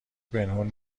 پنهون